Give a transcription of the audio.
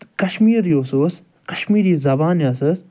تہٕ کَشمیٖر یُس اوس کَشمیٖری زبان یۄس ٲسۍ